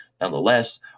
Nonetheless